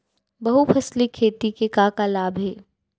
बहुफसली खेती के का का लाभ हे?